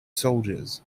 soldiers